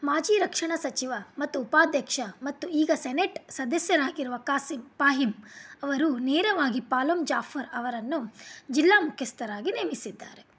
ಮಾಜಿ ರಕ್ಷಣಾ ಸಚಿವ ಮತ್ತು ಉಪಾಧ್ಯಕ್ಷ ಮತ್ತು ಈಗ ಸೆನೆಟ್ ಸದಸ್ಯರಾಗಿರುವ ಖಾಸಿಮ್ ಪಾಹಿಮ್ ಅವರು ನೇರವಾಗಿ ಪಾಲೋಮ್ ಜಾಫರ್ ಅವರನ್ನು ಜಿಲ್ಲಾ ಮುಖ್ಯಸ್ಥರಾಗಿ ನೇಮಿಸಿದ್ದಾರೆ